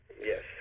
yes